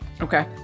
Okay